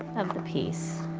of the piece.